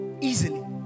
easily